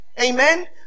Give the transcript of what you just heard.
amen